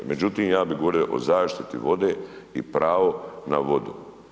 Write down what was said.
Međutim, ja bih govorio o zaštiti vode i pravo na vodu.